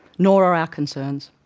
nor are our concerns.